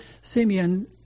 Simeon